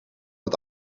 het